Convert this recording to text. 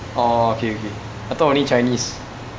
oh okay okay I thought only chinese